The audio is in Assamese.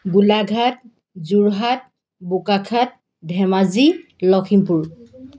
গোলাঘাট যোৰহাট বোকাখাট ধেমাজি লখিমপুৰ